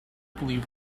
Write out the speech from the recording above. believe